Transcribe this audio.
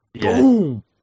Boom